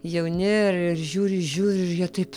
jauni ir žiūri žiūri jie taip